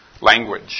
language